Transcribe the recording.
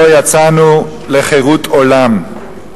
שבו יצאנו לחירות עולם.